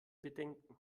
bedenken